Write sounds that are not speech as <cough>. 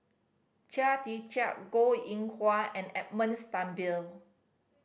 Chia Tee Chiak Goh Eng Wah and Edmund <unintelligible> Blundell